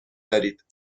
دارید